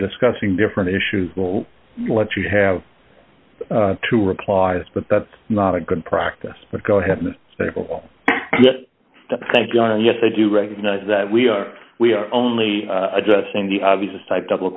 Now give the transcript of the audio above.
discussing different issues we'll let you have two replies but that's not a good practice but go ahead and stable thank you yes i do recognize that we are we are only addressing the obvious type double